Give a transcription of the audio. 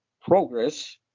progress